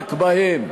ורק בהם.